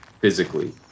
physically